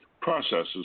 processes